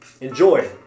enjoy